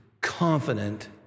confident